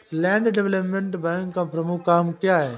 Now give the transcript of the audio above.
Land development bank का प्रमुख काम क्या है?